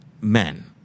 men